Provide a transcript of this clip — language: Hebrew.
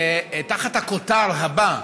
תחת הכותרת הבאה: